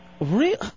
Real